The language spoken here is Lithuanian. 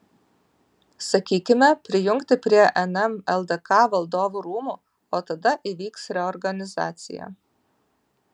sakykime prijungti prie nm ldk valdovų rūmų o tada įvyks reorganizacija